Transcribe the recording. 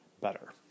better